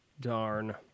darn